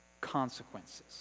consequences